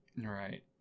Right